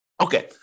Okay